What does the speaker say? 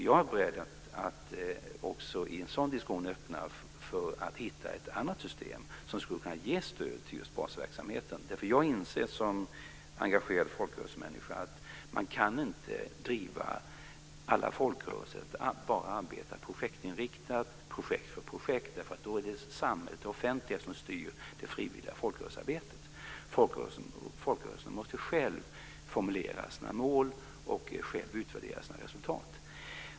Jag är beredd att i en sådan diskussion öppna för att hitta fram till ett annat system för stöd just till basverksamheten. Jag inser som engagerad folkrörelsemänniska att man inte kan driva alla folkrörelser bara projektinriktat, projekt för projekt. Det är då det offentliga som styr det frivilliga folkrörelsearbetet. Folkrörelserna måste själva formulera sina mål och själva utvärdera sina resultat.